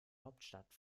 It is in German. hauptstadt